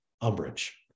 umbrage